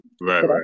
Right